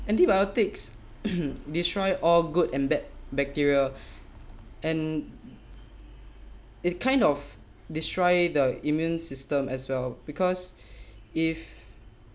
antibiotics mmhmm destroy all good and bad bacteria and it kind of destroy the immune system as well because if